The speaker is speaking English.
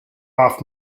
off